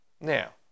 now